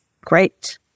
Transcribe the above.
great